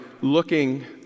looking